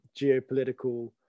geopolitical